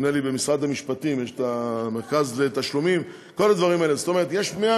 נדמה לי במשרד המשפטים, יש את המרכז לתשלומים.